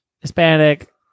Hispanic